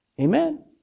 Amen